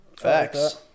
Facts